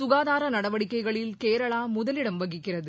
சுகாதார நடவடிக்கைகளில் கேரளா முதலிடம் வகிக்கிறது